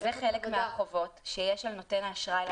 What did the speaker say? זה חלק מהחובות על נותן האשראי.